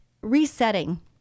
resetting